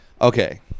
Okay